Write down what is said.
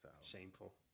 Shameful